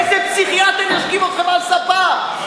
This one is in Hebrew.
איזה פסיכיאטר ישכיב אתכם על הספה?